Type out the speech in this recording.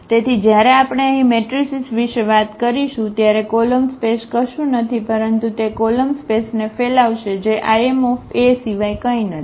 તેથી જ્યારે આપણે અહીં મેટ્રિસીસ વિશે વાત કરીશું ત્યારે કોલમ સ્પેસ કશું નથી પરંતુ તે કોલમ સ્પેસને ફેલાવશે જે Im સિવાય કંઈ નથી